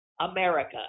America